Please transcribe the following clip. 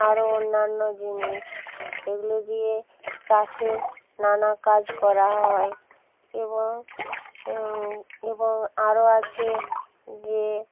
আরও অন্যান্য জিনিস এগুলি দিয়ে চাষের নানা কাজ করা হয় এবং এবং আরও আছে যে